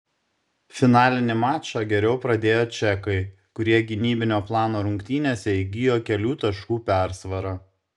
finalinį mačą geriau pradėjo čekai kurie gynybinio plano rungtynėse įgijo kelių taškų persvarą